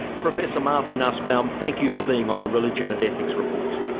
professor martha nussbaum, thank you for being on the religion and ethics report.